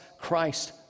Christ